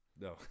No